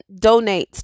donates